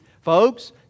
Folks